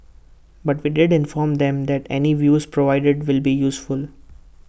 but we did inform them that any views provided would be useful